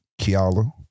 Kiala